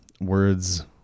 words